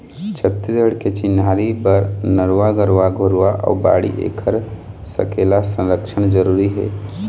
छत्तीसगढ़ के चिन्हारी बर नरूवा, गरूवा, घुरूवा अउ बाड़ी ऐखर सकेला, संरक्छन जरुरी हे